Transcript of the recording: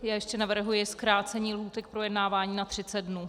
Já ještě navrhuji zkrácení lhůty k projednávání na 30 dnů.